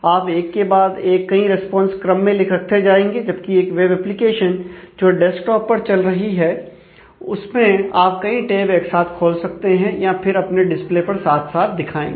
आप एक के बाद एक कई रिस्पांस क्रम में रखते जाएंगे जबकि एक वेब एप्लीकेशन जो डेस्कटॉप पर चल रही हो उसमें आप कई टैब एक साथ खोल सकते हैं या फिर अपने डिस्प्ले पर साथ साथ दिखाएंगे